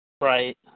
Right